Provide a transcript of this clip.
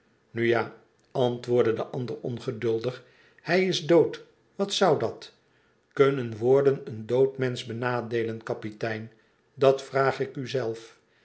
ja antwoordde de ander ongeduldig hij is dood wat zou dat ktmnen woorden een dood menschbenadeelen kapitein dat vrai ik u zelf